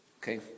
Okay